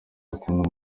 akunda